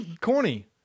Corny